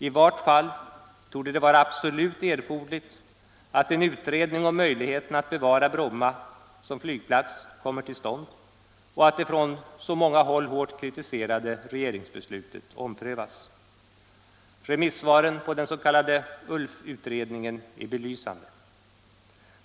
I vart fall torde det vara absolut erforderligt att en utredning om möjligheten att bevara Bromma som flygplats kommer till stånd och att det från så många håll hårt kritiserade regeringsbeslutet omprövas. Remissvaren på den s.k. ULF-utredningen är belysande.